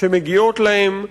שמגיעות להם,